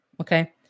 okay